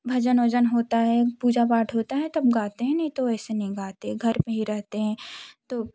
भजन वजन होता है पूजा पाठ होती है तब गाते हैं नहीं तो वैसे नहीं गाते घर में ही रहते हैं तो